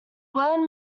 word